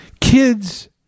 kids